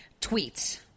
tweets